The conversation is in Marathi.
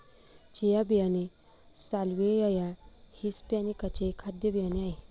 चिया बियाणे साल्विया या हिस्पॅनीका चे खाद्य बियाणे आहे